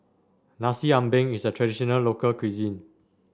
Nasi Ambeng is a traditional local cuisine